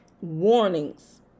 warnings